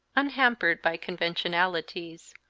unhampered by conventionalities,